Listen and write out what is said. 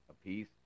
apiece